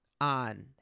on